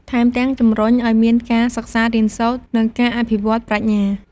ថែមទាំងជំរុញឱ្យមានការសិក្សារៀនសូត្រ និងការអភិវឌ្ឍប្រាជ្ញា។